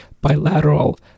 bilateral